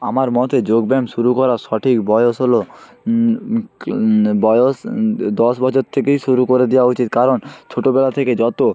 আমার মতে যোগব্য়ায়াম শুরু করার সঠিক বয়স হলো বয়স দশ বছর থেকেই শুরু করে দেওয়া উচিত কারণ ছোটোবেলা থেকে যত